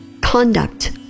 conduct